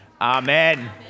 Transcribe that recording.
Amen